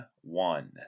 one